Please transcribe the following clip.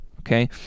okay